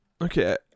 Okay